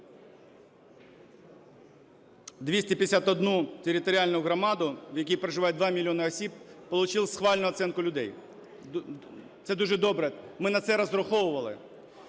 251 територіальну громаду, в якій проживає 2 мільйони осіб, получив схвальну оцінку людей. Це дуже добре. Ми на це розраховували.